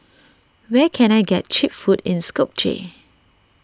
where can I get Cheap Food in Skopje